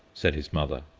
said his mother.